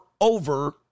over